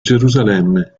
gerusalemme